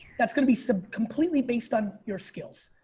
that's gonna be so completely based on your skills.